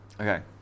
Okay